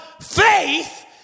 faith